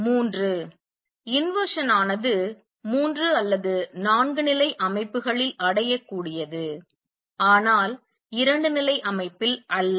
மூன்று inversion ஆனது மூன்று அல்லது நான்கு நிலை அமைப்புகளில் அடையக்கூடியது ஆனால் இரண்டு நிலை அமைப்பில் அல்ல